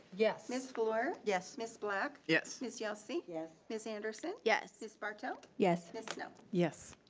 yes. ms. flor. yes. ms. black. yes. ms. yelsey. yes. ms. anderson. yes. ms. bartow. yes. ms. snell. yes.